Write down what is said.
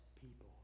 people